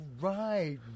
right